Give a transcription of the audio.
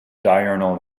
diurnal